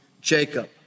Jacob